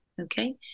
Okay